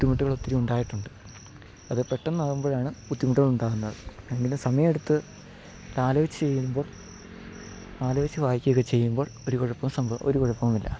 ബുദ്ധിമുട്ടുകൾ ഒത്തിരിയുണ്ടായിട്ടുണ്ട് അത് പെട്ടെന്നാകുമ്പോഴാണ് ബുദ്ധിമുട്ടുകൾ ഉണ്ടാകുന്നത് എങ്കിലും സമയമെടുത്ത് ആലോചിച്ച് ചെയ്യുമ്പോൾ ആലോചിച്ച് വായിക്കുകയൊക്കെ ചെയ്യുമ്പോൾ ഒരു കുഴപ്പം ഒരു കുഴപ്പവുമില്ല